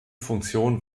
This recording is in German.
funktion